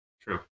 true